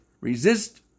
resist